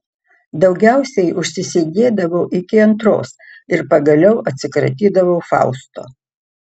daugiausiai užsisėdėdavau iki antros ir pagaliau atsikratydavau fausto